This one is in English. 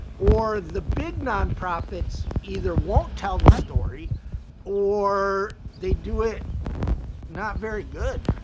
or the big nonprofits either won't tell the story or they do it not very good.